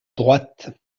droite